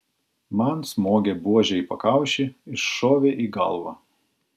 man smogė buože į pakaušį iššovė į galvą